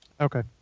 Okay